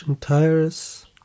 tires